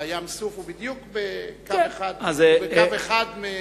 בים-סוף הוא בדיוק בקו אחד מטאבה.